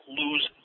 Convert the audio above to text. lose